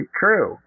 true